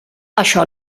això